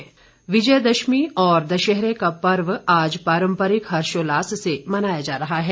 दशहरा विजयादशमी और दशहरे का पर्व आज पारंपरिक हर्षोल्ला्स से मनाया जा रहा है